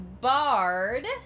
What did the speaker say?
bard